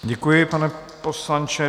Děkuji, pane poslanče.